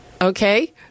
Okay